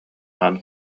аан